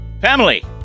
Family